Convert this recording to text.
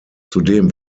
zudem